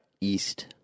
East